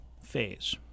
phase